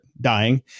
dying